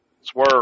Swerve